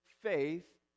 faith